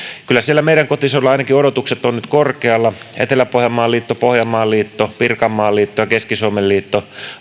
kyllä ainakin siellä meidän kotiseudullamme odotukset ovat korkealla etelä pohjanmaan liitto pohjanmaan liitto pirkanmaan liitto ja keski suomen liitto